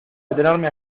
detenerme